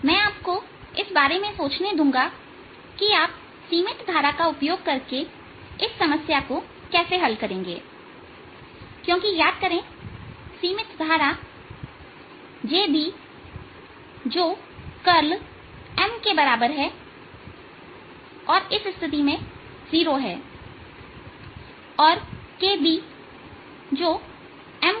मैं आपको इस बारे में सोचने दूंगा कि आप सीमित धारा का उपयोग करके इस समस्या को कैसे हल करेंगे क्योंकि याद करें सीमित धारा JB जो करल M के बराबर है और इस स्थिति में जीरो है और KB जो M X nहै